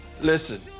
Listen